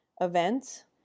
event